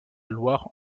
loire